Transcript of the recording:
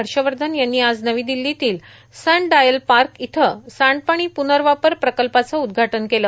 हर्षवर्धन यांनी आज नवी दिल्लीतील सन डायल पार्क इथं सांडपाणी पुर्नवापर प्रकल्पाचं उद्घाटन केलं